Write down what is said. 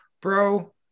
bro